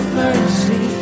mercy